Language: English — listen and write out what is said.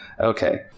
Okay